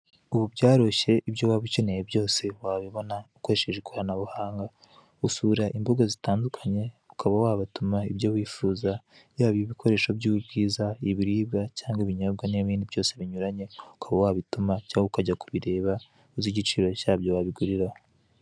Ubu byaroroshye, ibyo waba ukeneye byose wabibona, ukoresheje ikoranabuhanga, usura imbuga zitandukanye, ukaba wabatuma ibyo wifuza, yaba ibikoresho by'ubwiza, ibiribwa cyangwa ibinyobwa, n'ibindi byose binyuranye, ukaba wabatuma cyangwa ukajya kubireba uzi igiciro cyabyo wabiguriraho.